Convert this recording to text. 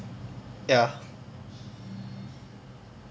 ya